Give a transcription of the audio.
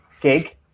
gig